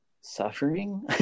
suffering